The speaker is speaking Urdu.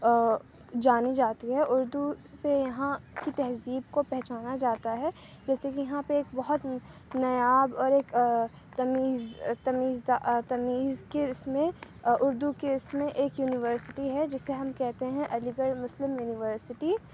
جانی جاتی ہے اُردو سے یہاں کی تہذیب کو پہچانا جاتا ہے جیسے کہ یہاں پہ ایک بہت نایاب اور ایک تمیز تمیز دہ تمیز کے اِس میں اُردو کے اِس میں ایک یونیورسٹی ہے جسے ہم کہتے ہیں علی گڑھ مسلم یونیورسٹی